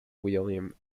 william